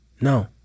No